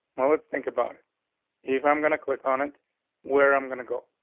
well, let's think about it if i'm going to click on it where i'm going to go.